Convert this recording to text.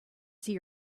see